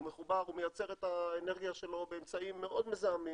הוא מייצר את האנרגיה שלו באמצעים מאוד מזהמים